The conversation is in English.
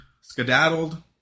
skedaddled